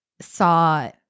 saw